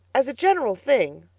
as a general thing.